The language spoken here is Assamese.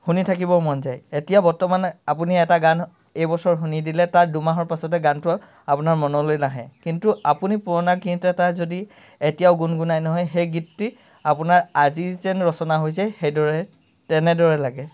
শুনি থাকিব মন যায় এতিয়া বৰ্তমান আপুনি এটা গান এইবছৰ শুনি দিলে তাৰ দুমাহৰ পাছতে গানটো আপোনাৰ মনলৈ নাহে কিন্তু আপুনি পুৰণা গীত এটা যদি এতিয়াও গুণগুণাই নহয় সেই গীতটি আপোনাৰ আজি যেন ৰচনা হৈছে সেইদৰে তেনেদৰে লাগে